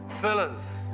fillers